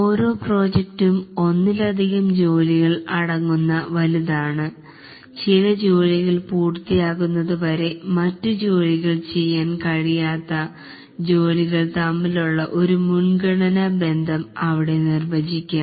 ഓരോ പ്രോജക്റ്റും ഒന്നിലധികം ജോലികൾ അടങ്ങു്ന്ന വലുതാണ് ചില ജോലികൾ പൂർത്തിയാകുന്നത് വരെ മറ്റു ജോലികൾ ചെയ്യാൻ കഴിയാത്ത ജോലികൾ തമ്മിലുള്ള ഒരു മുൻഗണന ബന്ധം അവിടെ നിർവചിക്കാം